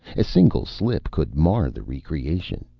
a single slip could mar the re-creation.